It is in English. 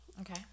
Okay